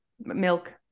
Milk